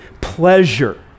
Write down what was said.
pleasure